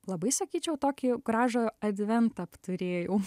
labai sakyčiau tokį gražų adventą apturėjau